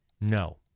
No